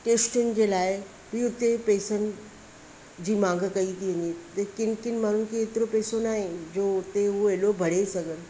टेस्टियुनि जे लाइ बि हुते पैसनि जी मांग कई थी वञे त किन किन माण्हुनि खे एतिरो पैसो न आहे जो हुते उहो हेॾो भरे सघनि